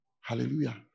Hallelujah